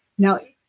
now,